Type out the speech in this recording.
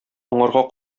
аңарга